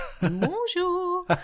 Bonjour